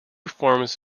forms